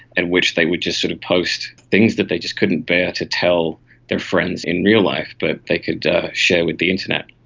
in which they were just sort of post things that they just couldn't bear to tell their friends in real life but they could share with the internet.